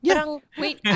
Wait